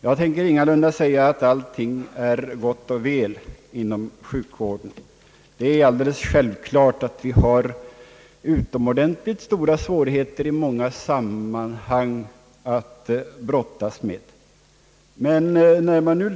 Jag tänker ingalunda säga att allting är gott och väl inom sjukvården. Självklart har vi utomordentligt stora svårigheter att brottas med i många sammanhang.